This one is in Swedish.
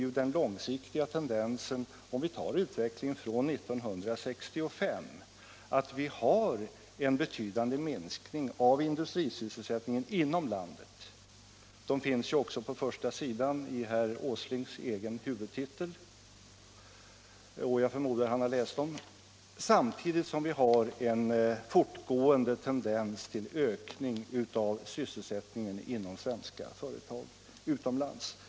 Men den långsiktiga tendensen är, om vi tar ut= I vecklingen från 1965, en betydande minskning av industrisysselsättning — Om åtgärder för att en inom landet. Dessa siffror finns ju också på första sidan i herr Åslings — hindra kapitalexegen huvudtitel, och jag förmodar att han har läst dem. Samtidigt har = port och industriutvi en fortgående tendens till ökning av sysselsättningen i de svenska = flyttning företagen utomlands.